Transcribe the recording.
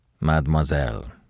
Mademoiselle